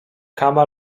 kama